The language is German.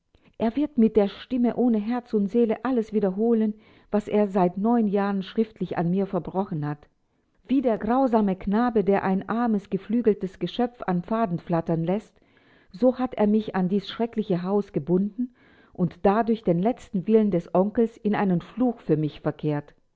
er wird mit der stimme ohne herz und seele alles wiederholen was er seit neun jahren schriftlich an mir verbrochen hat wie der grausame knabe der ein armes geflügeltes geschöpf am faden flattern läßt so hat er mich an dies schreckliche haus gebunden und dadurch den letzten willen des onkels in einen fluch für mich verkehrt